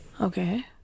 okay